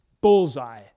bullseye